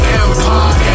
empire